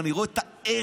ואני רואה את ההרס,